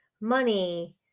money